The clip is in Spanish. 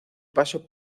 paso